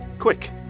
quick